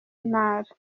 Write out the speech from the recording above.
ntara